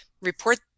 report